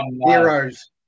heroes